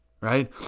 right